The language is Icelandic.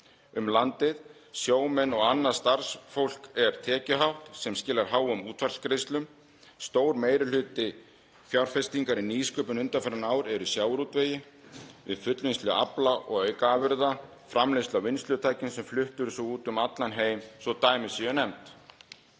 um landið. Sjómenn og annað starfsfólk er tekjuhátt sem skilar háum útsvarsgreiðslum. Stór meiri hluti fjárfestingar í nýsköpun undanfarin ár er í sjávarútvegi við fullvinnslu afla og aukaafurða, framleiðslu á vinnslutækjum sem flutt eru svo úti um allan heim, svo dæmi séu nefnd.